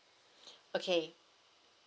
okay